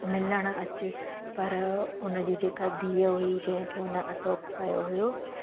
मिलणु अचु पर उनजी जेका धीअ हुई जंहिंखे उन अडोप कयो हुयो